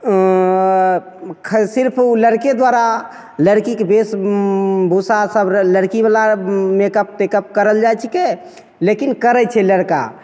अँ सिर्फ ओ लड़के द्वारा लड़कीके वेशभूषा सभ लड़कीवला मेकअप तेकप करल जाइ छिकै लेकिन करै छै लड़का